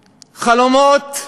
חלומות,